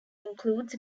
includes